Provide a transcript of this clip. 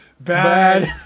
Bad